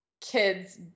kids